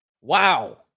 Wow